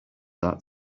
that